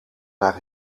naar